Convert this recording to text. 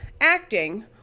acting